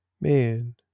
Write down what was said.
man